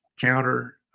counter